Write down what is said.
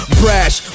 brash